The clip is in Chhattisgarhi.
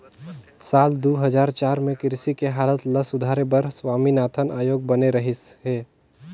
साल दू हजार चार में कृषि के हालत ल सुधारे बर स्वामीनाथन आयोग बने रहिस हे